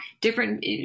different